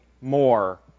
more